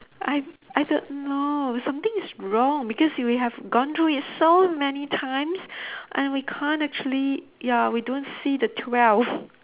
I I don't know something is wrong because we have gone through it so many times and we can't actually ya we don't see the twelve